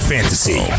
Fantasy